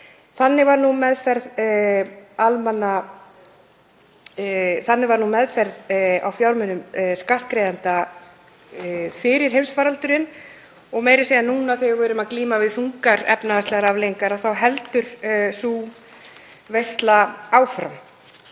Þannig var nú meðferð á fjármunum skattgreiðenda fyrir heimsfaraldur. Meira að segja núna þegar við erum að glíma við þungar efnahagslegar afleiðingar heldur sú veisla áfram.